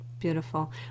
Beautiful